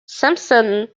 sampson